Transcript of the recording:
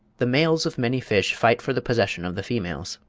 the males of many fish fight for the possession of the females.